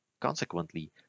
Consequently